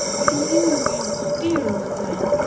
but you, you dear old man,